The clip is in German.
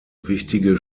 wichtige